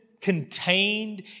Contained